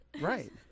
Right